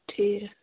ٹھیٖک